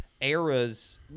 eras